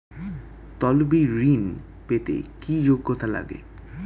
তলবি ঋন পেতে কি যোগ্যতা লাগে?